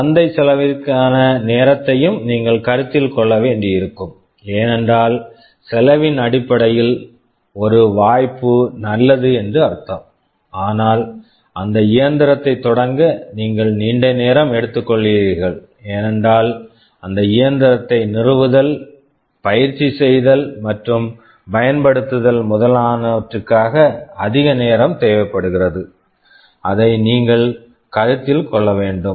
சந்தை செலவினத்திற்கான நேரத்தையும் நீங்கள் கருத்தில் கொள்ள வேண்டியிருக்கும் ஏனென்றால் செலவின் அடிப்படையில் ஒரு வாய்ப்பு நல்லது என்று அர்த்தம் ஆனால் அந்த இயந்திரத்தைத் தொடங்க நீங்கள் நீண்ட நேரம் எடுத்துக்கொள்கிறீர்கள் ஏனென்றால் அந்த இயந்திரத்தை நிறுவுதல் பயிற்சி செய்தல் மற்றும் பயன்படுத்துதல் முதலானவற்றுக்காக அதிக நேரம் தேவைப்படுகிறது அதை நீங்கள் கருத்தில் கொள்ள வேண்டும்